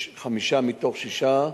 חמישה מתוך שישה,